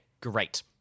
great